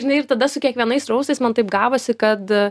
žinai ir tada su kiekvienais raustais man taip gavosi kad